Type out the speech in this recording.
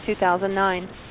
2009